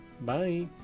Bye